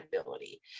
ability